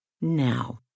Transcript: Now